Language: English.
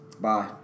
Bye